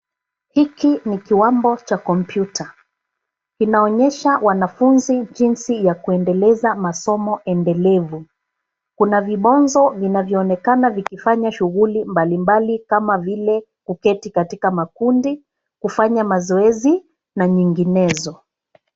Hiki ni kiwambo cha kompyuta. Kinaonyesha wanafunzi jinsi ya kuendeleza masomo endelevu. Kuna vibonzo vinavyoonekana vikifanya shughuli mbalimbali kama vile kuketi katika makundi, kufanya mazoezi na nyinginezo.